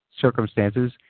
circumstances